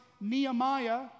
Nehemiah